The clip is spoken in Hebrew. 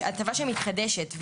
הטבה שמתחדשת.